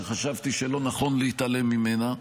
שחשבתי שלא נכון להתעלם ממנה.